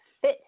fit